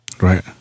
Right